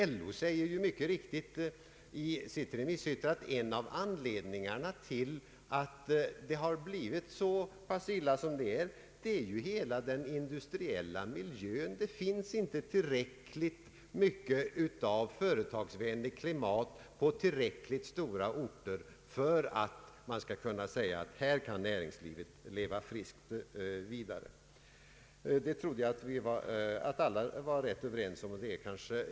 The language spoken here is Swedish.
LO säger mycket riktigt i sitt remissyttrande att en av anledningarna till att det har blivit så pass illa ställt är brister hos hela den industriella miljön. Det finns inte tillräckligt företagsvänligt klimat på tillräckligt stora orter för att man skall kunna säga att näringslivet friskt skall kunna leva vidare. Jag trodde att alla var överens om det.